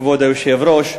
כבוד היושב-ראש,